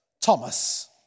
Thomas